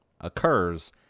occurs